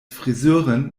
friseurin